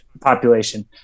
population